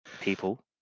people